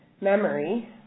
Memory